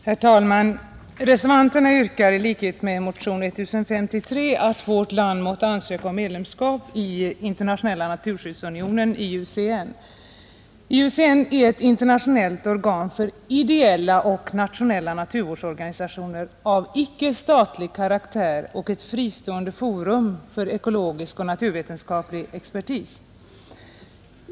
Herr talman! Reservanterna yrkar i likhet med motionärerna i motionen 1053 att vårt land måtte ansöka om medlemskap i Internationella naturskyddsunionen IUCN. IUCN är ett internationellt organ för ideella och nationella naturvårdsorganisationer av icke-statlig karaktär och ett fristående forum för ekologisk och naturvetenskaplig expertis.